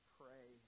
pray